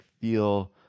feel